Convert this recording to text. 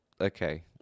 okay